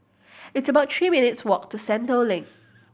it's about three minutes' walk to Sentul Link